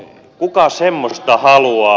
kuka semmoista haluaa